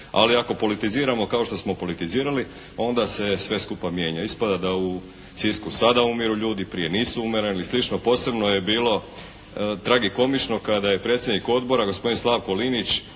Ali ako politiziramo kao što smo politizirali onda se sve skupa mijenja. Ispada da u Sisku sada umiru ljudi, prije nisu umirali i slično. Posebno je bilo tragikomično kada je predsjednik Odbora gospodin Slavko Linić